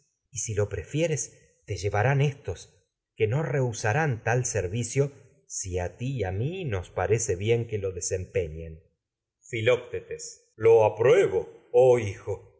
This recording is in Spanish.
pues si lo prefieres te llevarán si a éstos que rehusarán tal servicio ti y a mí nos parece bieu que jó desempeñen filoctetes filoctetes lo apruebo olí hijo